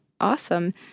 awesome